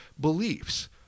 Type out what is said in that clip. beliefs